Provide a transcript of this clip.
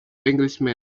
englishman